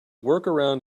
workaround